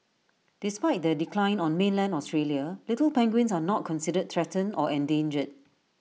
despite their decline on mainland Australia little penguins are not considered threatened or endangered